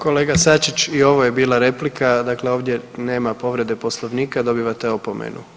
Kolega Sačić i ovo je bila replika, dakle ovdje nema povrede Poslovnika, dobivate opomenu.